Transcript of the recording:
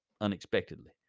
unexpectedly